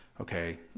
Okay